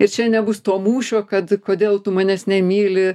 ir čia nebus to mūšio kad kodėl tu manęs nemyli